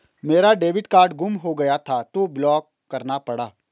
मेरा debit card गुम हो गया था तो ब्लॉक करना पड़ा